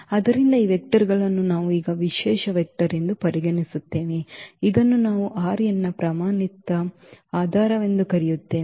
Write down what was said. ಆದ್ದರಿಂದ ಈ ವೆಕ್ಟರ್ ಗಳನ್ನು ನಾವು ಈಗ ವಿಶೇಷ ವೆಕ್ಟರ್ ಎಂದು ಪರಿಗಣಿಸುತ್ತೇವೆ ಇದನ್ನು ನಾವು ನ ಪ್ರಮಾಣಿತ ಆಧಾರವೆಂದು ಕರೆಯುತ್ತೇವೆ